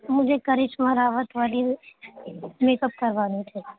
مجھے کرشمہ راوت والی makeup کروا نی تھی